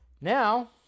Now